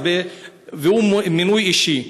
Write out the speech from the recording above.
והוא מינוי אישי.